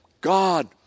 God